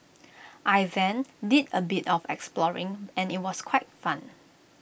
I then did A bit of exploring and IT was quite fun